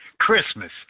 Christmas